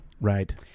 right